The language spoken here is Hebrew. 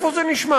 איפה זה נשמע?